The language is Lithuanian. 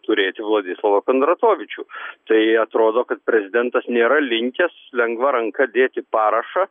turėti vladislovą kondratovičių tai atrodo kad prezidentas nėra linkęs lengva ranka dėti parašą